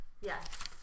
Yes